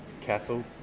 castle